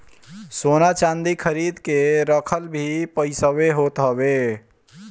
सोना चांदी खरीद के रखल भी पईसवे होत हवे